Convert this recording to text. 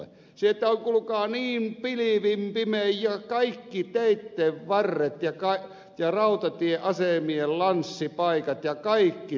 sitä on kuulkaa niin pilvin pimein kaikki teitten varret ja rautatieasemien lanssipaikat ja kaikki täynnä